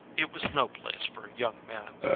it was no place for a young man.